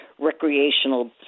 recreational